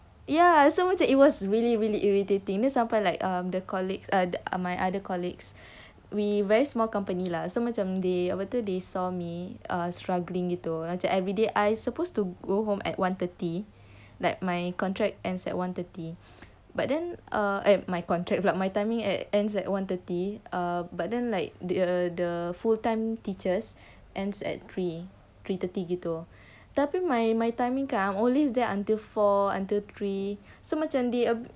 ya so macam it was really really irritating then sampai like um the colleagues uh ah my other colleagues we very small company lah so macam they they saw me struggling gitu macam everyday I supposed to go home at one thirty like my contract ends at one thirty but then err I my contract pula my timing ends at one thirty ah but then like the the full time teachers ends at three three thirty gitu tapi my my timing kan I'm always there until four until three so macam